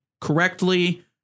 correctly